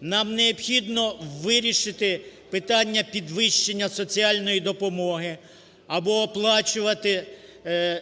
Нам необхідно вирішити питання підвищення соціальної допомоги або оплачувати